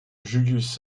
julius